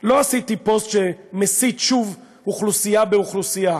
לא עשיתי פוסט שמסית שוב אוכלוסייה באוכלוסייה,